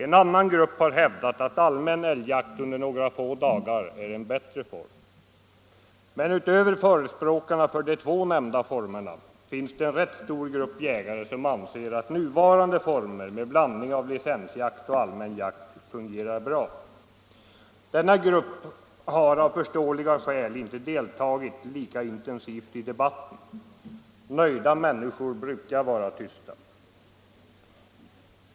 En annan grupp har hävdat att allmän älgjakt under några få dagar är en bättre form. Men utöver förespråkarna för de två nämnda formerna finns det en rätt stor grupp jägare som anser att nuvarande form med blandning av licensjakt och allmän jakt fungerar bra. Denna grupp har av förståeliga skäl inte deltagit lika intensivt i debatten. Nöjda människor brukar vara tysta.